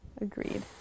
Agreed